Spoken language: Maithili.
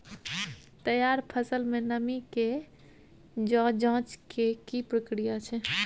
तैयार फसल में नमी के ज जॉंच के की प्रक्रिया छै?